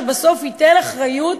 שבסוף ייתן אחריות